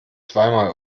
zweimal